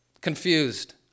confused